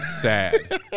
sad